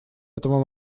этого